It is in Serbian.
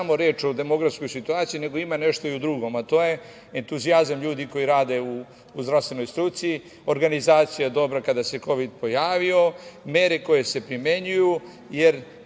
nije samo reč o demografskoj situaciji, nego ima nešto i drugo, a to je entuzijazam ljudi koji rade u zdravstvenoj struci, organizacija dobra kada se kovid pojavio, mere koje se primenjuju,